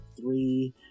three